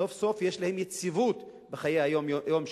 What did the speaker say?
סוף-סוף יש להם יציבות בחיי היום-יום שלהם.